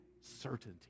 certainty